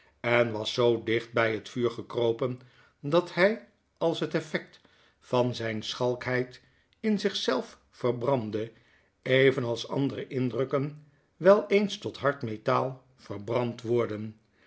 en was zoo dicht bij het vuur gekropen dat hij als het effect van zijne schalkheid in zich zelf verbrandde evenals andere indrukken wel eens tot hard metaal verbrand worden